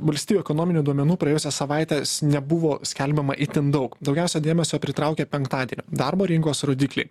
valstijų ekonominių duomenų praėjusią savaites nebuvo skelbiama itin daug daugiausiai dėmesio pritraukė penktadienio darbo rinkos rodikliai